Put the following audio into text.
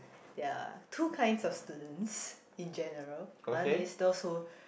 ya two kind of students in general one is those who